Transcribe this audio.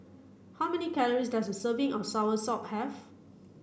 how many calories does a serving of Soursop have